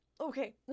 Okay